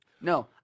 No